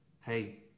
hey